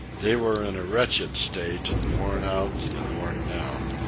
they were in a wretched state, worn out and worn down.